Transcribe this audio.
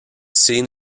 scene